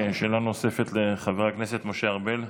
שאלה נוספת, לחבר הכנסת משה ארבל.